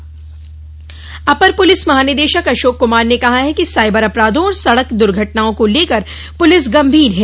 cyber अपराध अपर police महानिदेशक अशोक कुमार ने कहा है कि साइबर अपराधों और सड़क दुर्घटनाओं को लेकर पुलिस गंभीर है